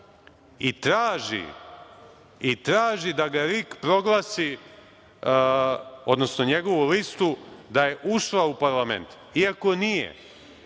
i traži da ga RIK proglasi, odnosno njegovu listu da je ušla u parlament, iako nije